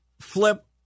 Flip